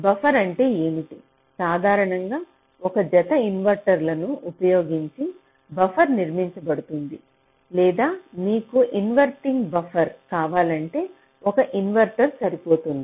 buffer అంటే ఏమిటి సాధారణంగా ఒక జత ఇన్వర్టర్లను ఉపయోగించి బఫర్ నిర్మించబడుతుంది లేదా మీకు ఇన్వెర్టటింగ్ బఫర్ కావాలంటే ఒకే ఇన్వర్టర్ సరిపోతుంది